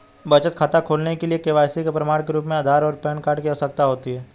बचत खाता खोलने के लिए के.वाई.सी के प्रमाण के रूप में आधार और पैन कार्ड की आवश्यकता होती है